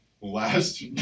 last